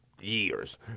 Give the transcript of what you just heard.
years